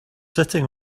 sitting